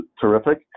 terrific